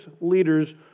leaders